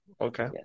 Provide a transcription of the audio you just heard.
Okay